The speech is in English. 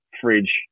fridge